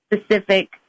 specific